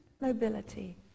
mobility